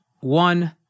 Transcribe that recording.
one